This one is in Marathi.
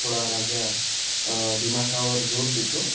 थोडा माझ्या दिमाखावर जोर देतो